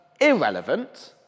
irrelevant